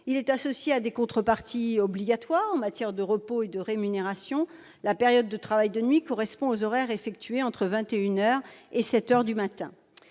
Il présente des contreparties obligatoires en matière de repos et de rémunération. La période de travail de nuit correspond aux horaires effectués entre 21 heures et 7 heures du matin.